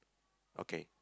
okay